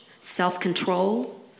self-control